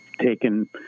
taken